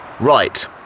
Right